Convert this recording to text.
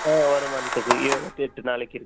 ஆ ஒரு மந்துக்கு இருவெத்தெட்டு நாளைக்கு இருக்குது